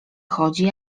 chodzi